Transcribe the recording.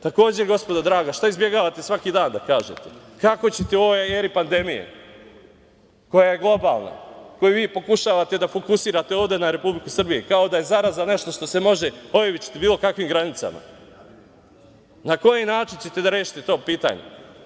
Takođe, gospodo draga, šta izbegavate svaki dan da kažete - kako ćete u ovoj eri pandemije koja je globalna, koju vi pokušavate da fokusirate ovde na Republiku Srbije kao da je zaraza nešto što se može oivičiti bilo kakvim granicama, na koji način ćete da rešite to pitanje?